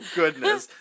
goodness